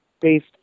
based